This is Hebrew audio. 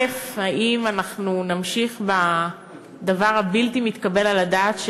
1. האם אנחנו נמשיך בדבר הבלתי-מתקבל על הדעת,